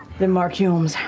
than mark hulmes.